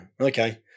okay